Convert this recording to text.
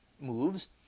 moves